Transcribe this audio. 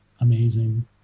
amazing